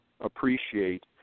appreciate